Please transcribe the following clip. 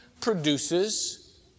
produces